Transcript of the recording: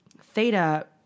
Theta